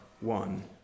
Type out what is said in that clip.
one